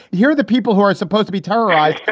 here are the people who are supposed to be thai,